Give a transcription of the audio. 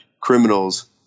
criminals